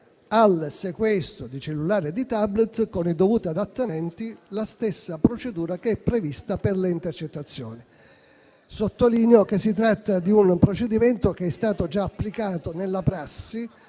al sequestro di cellulari e di *tablet*, con i dovuti adattamenti, la stessa procedura che è prevista per le intercettazioni. Sottolineo che si tratta di un procedimento che è stato già applicato nella prassi